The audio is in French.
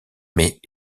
mais